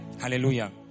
Hallelujah